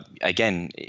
again